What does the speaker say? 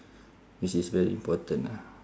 which is very important ah